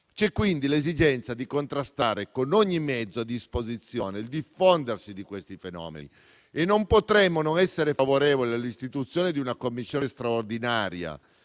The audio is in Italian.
C'è quindi l'esigenza di contrastare, con ogni mezzo a disposizione, il diffondersi di questi fenomeni, e non potremmo non essere favorevole all'istituzione di una Commissione straordinaria,